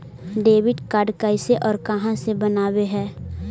Debit card कैसे और कहां से बनाबे है?